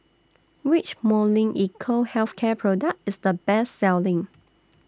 Which Molnylcke Health Care Product IS The Best Selling